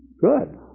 Good